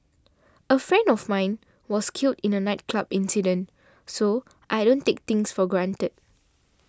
a friend of mine was killed in a nightclub incident so I don't take things for granted